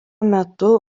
metu